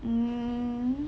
mm